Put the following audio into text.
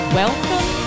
welcome